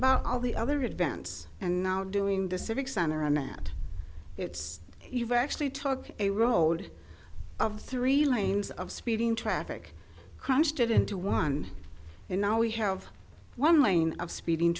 about all the other events and now doing the civic center and that it's you've actually took a road of three lanes of speeding traffic crunched it into one and now we have one lane of speeding